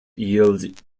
yield